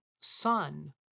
Son